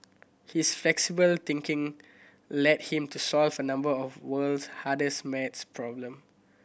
his flexible thinking led him to solves a number of world's hardest maths problem